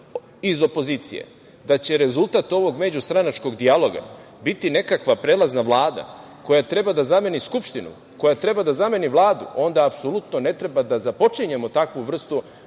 iz opozicije misli da će rezultat ovog međustranačkog dijaloga biti nekakva prelazna vlada, koja treba da zameni Skupštinu, koja treba da zameni Vladu, onda apsolutno ne treba da započinjemo takvu vrstu